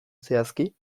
zehazki